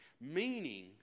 Meaning